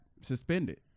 suspended